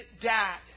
dad